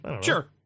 Sure